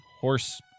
horse